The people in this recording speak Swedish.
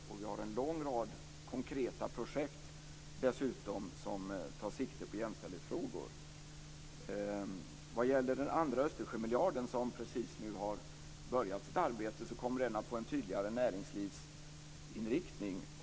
Vi har dessutom en lång rad konkreta projekt som tar sikte på jämställdhetsfrågor. Den andra Östersjömiljarden, som man precis nu har börjat arbeta med, kommer att få en tydligare näringslivsinriktning.